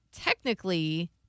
technically